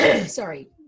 Sorry